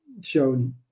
shown